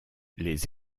les